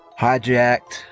hijacked